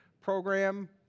program